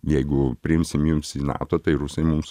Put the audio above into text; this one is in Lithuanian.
jeigu priimsim jums į nato tai rusai mums